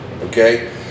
Okay